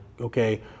okay